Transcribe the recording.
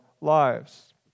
lives